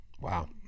Wow